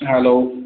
hello